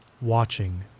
watching